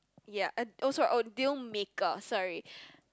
ya and also on the deal maker sorry